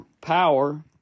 power